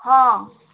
ହଁ